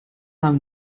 have